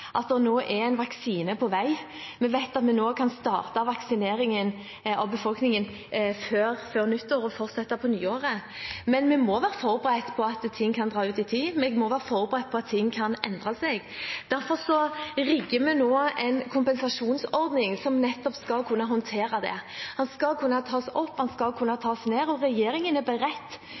at det nå er en vaksine på vei. Vi vet at vi nå kan starte vaksineringen av befolkningen før nyttår og fortsette på nyåret, men vi må være forberedt på at ting kan dra ut i tid, vi må være forberedt på at ting kan endre seg. Derfor rigger vi nå en kompensasjonsordning som nettopp skal kunne håndtere det. Den skal kunne tas opp, og den skal kunne tas ned, og regjeringen er beredt